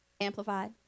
Amplified